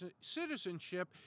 citizenship